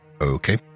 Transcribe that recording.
Okay